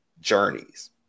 journeys